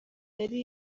yari